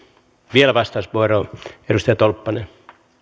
vielä vastauspuheenvuoro edustaja tolppanen